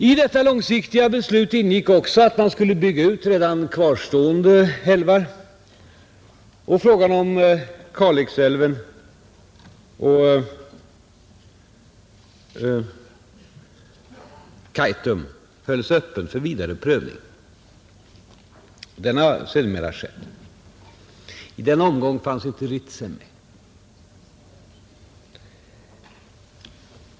I detta långsiktiga beslut ingick också att man skulle bygga ut redan kvarstående älvar, och frågan om Kalixälven och Kaitum hölls öppen för vidare prövning. Den har sedermera skett. I den omgången fanns inte Ritsem med.